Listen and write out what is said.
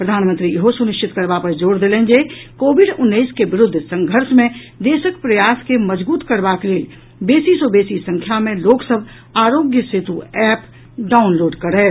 प्रधानमंत्री इहो सुनिश्चित करबा पर जोर देलनि जे कोविड उन्नैस के विरूद्व संघर्ष मे देशक प्रयास के मजगूत करबाक लेल बेसी सँ बेसी संख्या मे लोक सभ आरोग्य सेतु एप डाउनलोड करथि